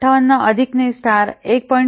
58 अधिक ने स्टार 1